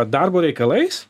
darbo reikalais